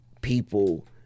people